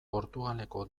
portugaleko